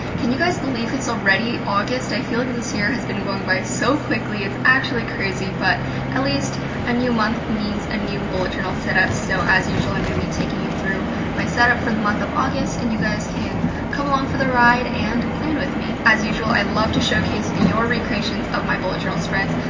can you guys believe it's already august? i feel like this year has been going by so quickly, it's actually crazy, but at least a new months means a new bullet journal setup. so, as usual i'm gonna be taking you through my setup for the month of august, and you guys can come along for the ride and plan with me. as usual, i love to showcase your recreations of my bullet journal spreads.